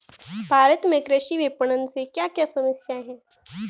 भारत में कृषि विपणन से क्या क्या समस्या हैं?